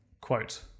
quote